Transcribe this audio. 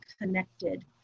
connected